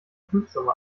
prüfsumme